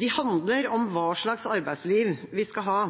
De handler om hva slags arbeidsliv vi skal ha.